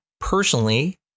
personally